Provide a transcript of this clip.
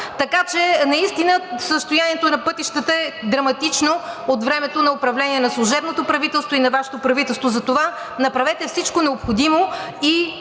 Така че, наистина състоянието на пътищата е драматично от времето на управление на служебното правителство и на Вашето правителство. Затова направете всичко необходимо и